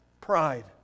pride